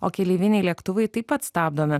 o keleiviniai lėktuvai taip pat stabdomi